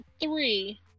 three